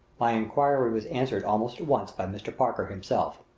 my inquiry was answered almost at once by mr. parker himself.